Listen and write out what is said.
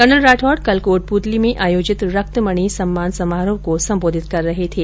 colonel Rathore कल कोटपूतली में आयोजित रक्तमणी सम्मान समारोह को संबोधित कर रहे थे